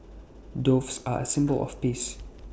doves are A symbol of peace